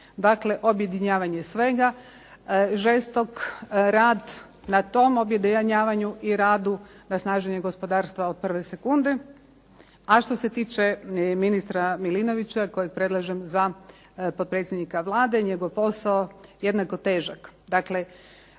Dakle, objedinjavanje svega. Žestok rad na tom objedinjavanju i radu, na snaženju gospodarstva od prve sekunde. A što se tiče ministra Milinovića kojeg predlažem za potpredsjednika Vlade njegov posao je jednako težak.